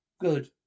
good